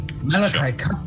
Malachi